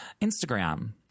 Instagram